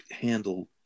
handle